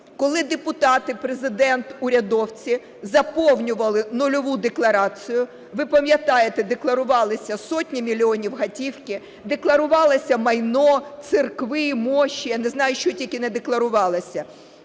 коли депутати, Президент, урядовці заповнювали нульову декларацію, ви пам'ятаєте, декларувалися сотні мільйонів готівки, декларувалося майно, церкви, мощі, я не знаю, що тільки не декларувалося,